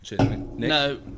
No